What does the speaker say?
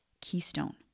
keystone